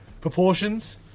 proportions